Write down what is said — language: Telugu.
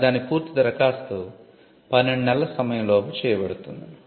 కానీ దాని పూర్తి దరఖాస్తు 12 నెలల సమయం లోపు చేయబడుతుంది